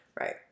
Right